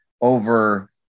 over